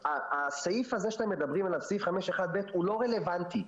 הסעיף שאתם מדברים עליו, סעיף 5(1)(ב) לא רלוונטי.